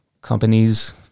Companies